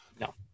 No